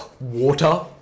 water